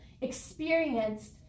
experienced